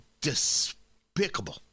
despicable